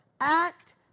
act